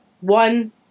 one